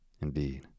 Indeed